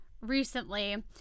recently